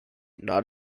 not